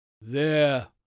There